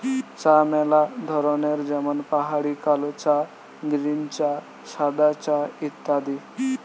চা ম্যালা ধরনের যেমন পাহাড়ি কালো চা, গ্রীন চা, সাদা চা ইত্যাদি